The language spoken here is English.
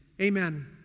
amen